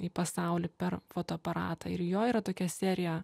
į pasaulį per fotoaparatą ir jo yra tokia serija